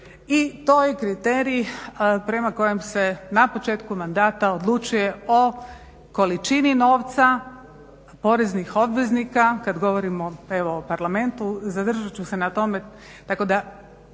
I to je kriterij prema kojem se na početku mandata odlučuje o količini novca poreznih obveznika kad govorimo evo o Parlamentu, zadržat ću se na tome